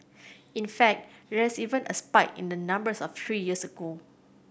in fact there's even a spike in the numbers of three years ago